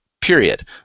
period